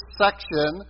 section